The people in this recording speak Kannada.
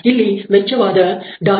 ಇಲ್ಲಿ ವೆಚ್ಚವಾದ 16